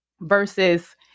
versus